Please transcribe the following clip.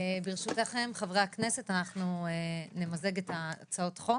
ברשותכם, חברי הכנסת, אנחנו נמזג את הצעות החוק.